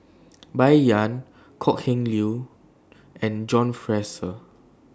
Bai Yan Kok Heng Leun and John Fraser